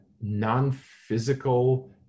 non-physical